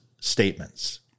statements